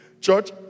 Church